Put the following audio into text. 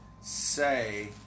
say